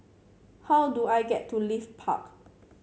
how do I get to Leith Park